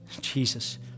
Jesus